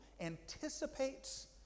anticipates